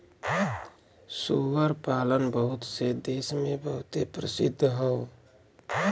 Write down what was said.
सूअर पालन बहुत से देस मे बहुते प्रसिद्ध हौ